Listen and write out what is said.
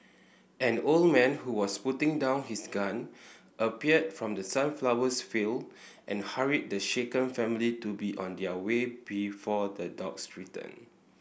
an old man who was putting down his gun appeared from the sunflowers field and hurried the shaken family to be on their way before the dogs return